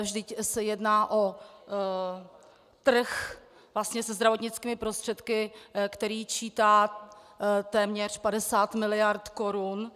Vždyť se jedná vlastně o trh se zdravotnickými prostředky, který čítá téměř 50 miliard korun.